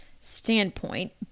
standpoint